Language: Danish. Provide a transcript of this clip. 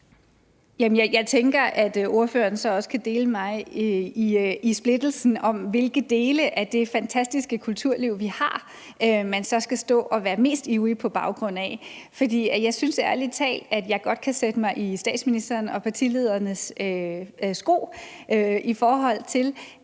med mig i at være splittet med hensyn til, hvilke dele af det fantastiske kulturliv, vi har, man så skal stå og være mest ivrig på baggrund af. Jeg synes ærlig talt, at jeg godt kan sætte mig i statsministerens og partiledernes sted, i forhold til